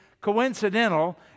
coincidental